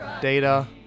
Data